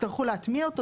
יצטרכו להטמיע אותו.